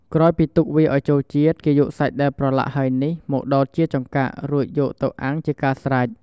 ក្រោយពីទុកឱ្យវាចូលជាតិ គេយកសាច់ដែលប្រឡាក់ហើយនេះ មកដោតជាចង្កាក់ រួចយកវាទៅអាំងជាការស្រេច។